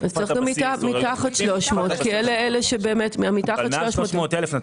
צריך לקחת את אלה שהם מתחת ל-300 אלף.